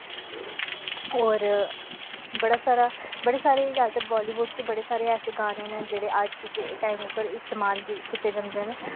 और बड़ा सारा बड़े सारे अजकल्ल ते बालीवुड च बड़े सारे ऐसे गाने न जेह्ड़े अज दे टाईम उप्पर इस्तेमाल कि कीते जंदे न